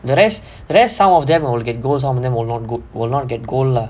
the rest rest some of them are will get gold some of them will not get gold lah